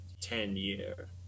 ten-year